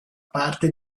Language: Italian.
parte